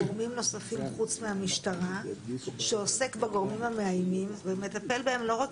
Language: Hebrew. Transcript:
גורמים נוספים חוץ מהמשטרה שעוסק בגורמים המאיימים ומטפל בהם לא רק